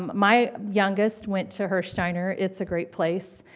um my youngest went to hiersteiner. it's a great place.